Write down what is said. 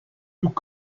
tout